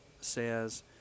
says